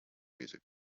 music